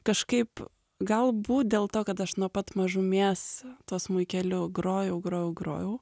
kažkaip galbūt dėl to kad aš nuo pat mažumės tuo smuikeliu grojau grojau grojau